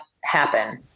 happen